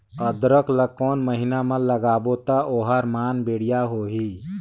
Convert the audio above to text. अदरक ला कोन महीना मा लगाबो ता ओहार मान बेडिया होही?